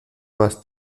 más